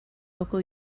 local